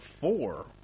four